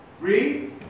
Read